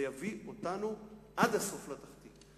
זה יביא אותנו עד הסוף לתחתית.